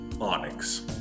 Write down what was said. Onyx